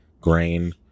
grain